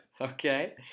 Okay